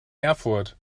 erfurt